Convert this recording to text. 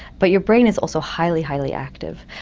but your brain is also highly, highly active.